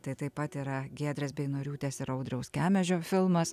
tai taip pat yra giedrės beinoriūtės ir audriaus kemežio filmas